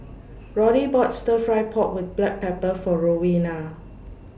Roddy bought Stir Fry Pork with Black Pepper For Rowena